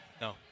No